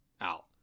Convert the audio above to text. out